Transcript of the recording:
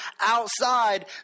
outside